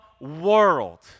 world